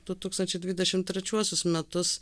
du tūkstančiai dvidešim trečiuosius metus